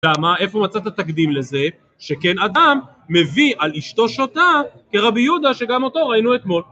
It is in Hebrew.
למה? איפה מצאת תקדים לזה שכן אדם מביא על אשתו שותה כרבי יהודה שגם אותו ראינו אתמול?